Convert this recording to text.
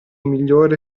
migliore